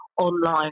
online